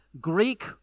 Greek